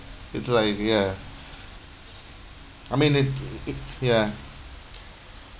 it's like ya I mean it it ya